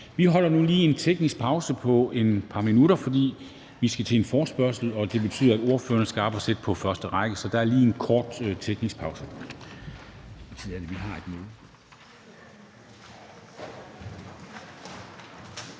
Vi holder nu lige en teknisk pause på et par minutter, for vi skal til en forespørgsel, og det betyder, at ordførerne skal op at sidde på første række. Så der er lige en kort teknisk pause.